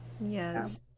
Yes